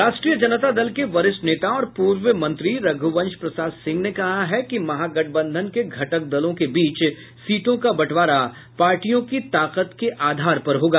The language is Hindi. राष्ट्रीय जनता दल के वरिष्ठ नेता और पूर्व मंत्री रघ्वंश प्रसाद सिंह ने कहा है कि महागठबंधन के घटक दलों के बीच सीटों का बंटवारा पार्टियों की ताकत के आधार पर होगा